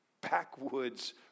backwoods